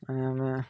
ଆମେ